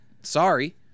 Sorry